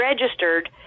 registered